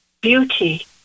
beauty